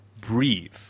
Breathe